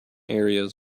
areas